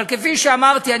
אבל כפי שאמרתי,